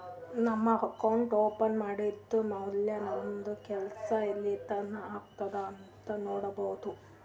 ನಾವು account open ಮಾಡದ್ದ್ ಮ್ಯಾಲ್ ನಮ್ದು ಕೆಲ್ಸಾ ಎಲ್ಲಿತನಾ ಆಗ್ಯಾದ್ ಅಂತ್ ನೊಡ್ಬೋದ್